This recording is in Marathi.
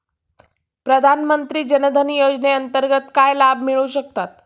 प्रधानमंत्री जनधन योजनेअंतर्गत काय लाभ मिळू शकतात?